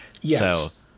Yes